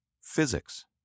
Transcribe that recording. physics